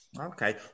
Okay